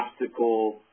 obstacle